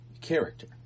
character